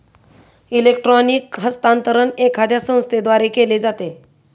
electronic हस्तांतरण एखाद्या संस्थेद्वारे केले जाते